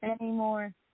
Anymore